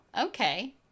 okay